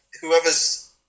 whoever's